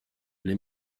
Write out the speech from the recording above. les